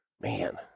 Man